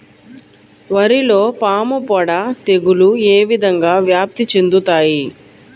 వరిలో పాముపొడ తెగులు ఏ విధంగా వ్యాప్తి చెందుతాయి?